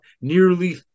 nearly